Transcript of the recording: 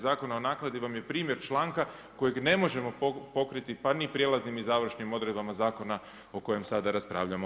Zakona o naknadi vam je primjer članka kojeg ne možemo pokriti pa ni prijelaznim ni završnim odredbama Zakona o kojem sada raspravljamo.